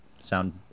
sound